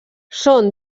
són